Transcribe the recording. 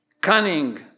cunning